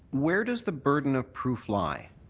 where does the burden of proof lie?